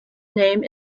name